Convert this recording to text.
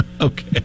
Okay